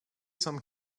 some